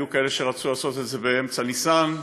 היו כאלה שרצו לעשות את זה באמצע ניסן,